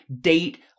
Date